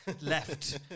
left